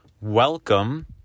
welcome